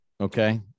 okay